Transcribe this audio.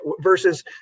versus